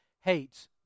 hates